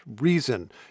reason